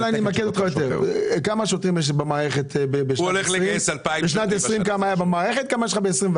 כמה שוטרים היו במערכת בשנת 2020 וכמה יש לך ב-2021?